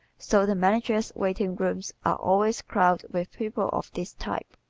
so the managers' waiting rooms are always crowded with people of this type.